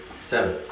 seven